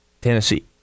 Tennessee